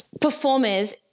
performers